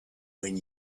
when